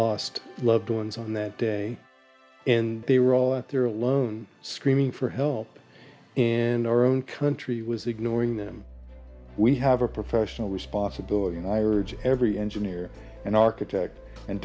lost loved ones on that day and they were all out there alone screaming for help and our own country was ignoring them we have a professional responsibility my words every engineer and architect and